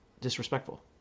disrespectful